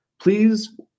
Please